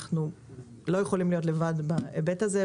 אנחנו לא יכולים להיות לבד בהיבט הזה.